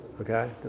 okay